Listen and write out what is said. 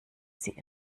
sie